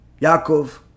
Yaakov